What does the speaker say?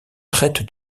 traite